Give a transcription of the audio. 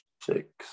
Six